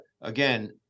again